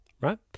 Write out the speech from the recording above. right